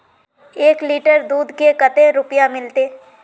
एक लीटर दूध के कते रुपया मिलते?